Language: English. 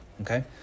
okay